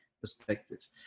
perspective